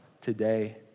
today